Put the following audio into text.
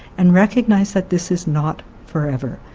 and recognize that this is not forever.